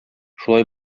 шулай